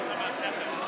(קוראת בשמות חברי הכנסת)